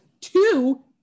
two